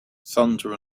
thunder